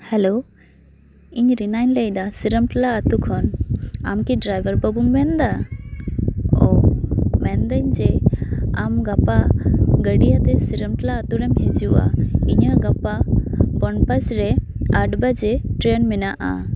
hello ᱤᱧ ᱨᱤᱱᱟᱧ ᱞᱟᱹᱭᱮᱫᱟ ᱥᱤᱨᱟᱹᱢ ᱴᱚᱞᱟ ᱟᱹᱛᱩ ᱠᱷᱚᱱ ᱟᱢᱠᱤ ᱰᱨᱟᱭᱵᱷᱟᱨ ᱵᱟᱵᱩᱢ ᱢᱮᱱᱫᱟ ᱚ ᱢᱮᱱ ᱤᱫᱟᱹᱧ ᱡᱮ ᱟᱢ ᱜᱟᱯᱟ ᱜᱟᱹᱰᱤᱭᱟᱛᱮ ᱥᱤᱨᱟᱹᱢ ᱴᱚᱞᱟ ᱟᱛᱩᱨᱮᱢ ᱦᱤᱡᱩᱜᱼᱟ ᱤᱧᱟᱹᱜ ᱜᱟᱯᱟ ᱵᱚᱱᱯᱟᱥ ᱨᱮ ᱟᱴ ᱵᱟᱡᱮ ᱴᱨᱮᱹᱱ ᱢᱮᱱᱟᱜᱼᱟ